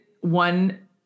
one